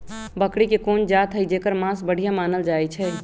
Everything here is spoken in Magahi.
बकरी के कोन जात हई जेकर मास बढ़िया मानल जाई छई?